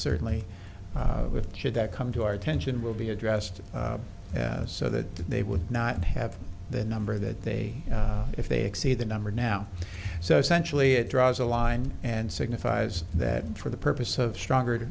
certainly with should that come to our attention will be addressed so that they would not have the number that they if they exceed the number now so essentially it draws a line and signifies that for the purpose of stronger